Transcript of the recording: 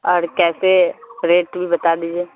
اور کیسے ریٹ بھی بتا دیجیے